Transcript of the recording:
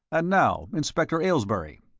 and now, inspector aylesbury.